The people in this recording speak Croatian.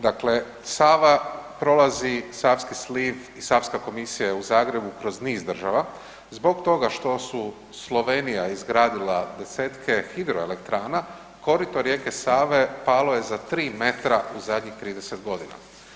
Dakle, Sava prolazi, savski sliv i Savska komisija je u Zagrebu kroz niz država zbog toga što su Slovenija je izgradila desetke hidroelektrana, korito rijeke Save palo je za 3 m u zadnjih 30 godina.